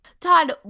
todd